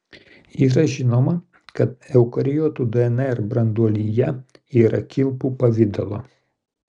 yra žinoma kad eukariotų dnr branduolyje yra kilpų pavidalo